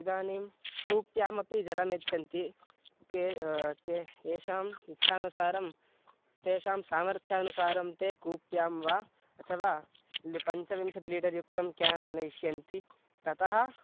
इदानीं कूप्यामपि जलं यच्छन्ति के के येषाम् इच्छानुसारं तेषां सामर्थ्यानुसारं ते कूप्यां वा अथवा लि पञ्चविंशतिलिटर् युक्तं क्यान् आनयिष्यन्ति ततः